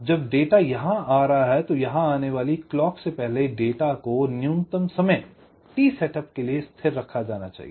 जब डेटा यहां आ रहा है तो यहां आने वाली क्लॉक से पहले डेटा को न्यूनतम समय t सेटअप के लिए स्थिर रखा जाना चाहिए